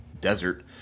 desert